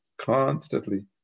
constantly